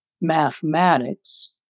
mathematics